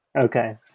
okay